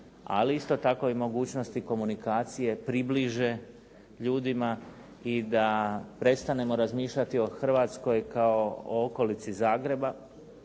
ali isto tako i mogućnosti komunikacije približe ljudima i da prestanemo razmišljati o Hrvatskoj kao o okolici Zagreba